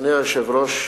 אדוני היושב-ראש,